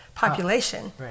population